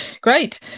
great